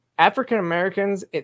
African-Americans